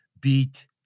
beat